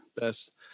best